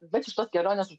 bet iš tos kelionės